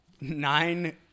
Nine